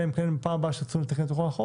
אלא אם כן בפעם הבאה כשיזדמן לנו לתקן את החוק.